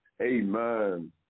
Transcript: Amen